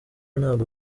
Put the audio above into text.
ntabwo